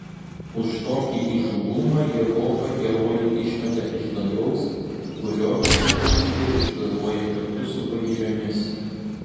už tokį įžūlumą jehova herojų išmeta iš dangaus kurio visa didybė išgaruoja kartu su pagiriomis